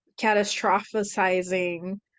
catastrophizing